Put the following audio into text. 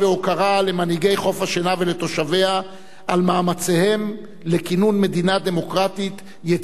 ולתושביה על מאמציהם לכינון מדינה דמוקרטית יציבה ומתפקדת,